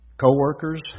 co-workers